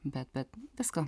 bet bet viską